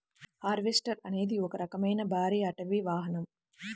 harvester అనేది ఒక రకమైన భారీ అటవీ వాహనం